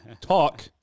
talk